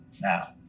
Now